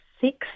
six